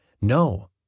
No